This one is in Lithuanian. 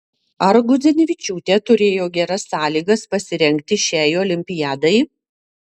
ar gudzinevičiūtė turėjo geras sąlygas pasirengti šiai olimpiadai